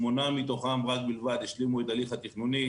רק 8 מתוכן השלימו את ההליך התכנוני.